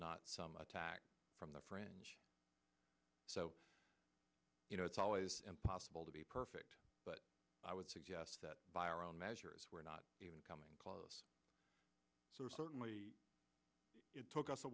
not some attack from the french so you know it's always impossible to be perfect but i would suggest that by our own measures we're not even coming close certainly it took us a